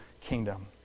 kingdom